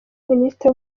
minisitiri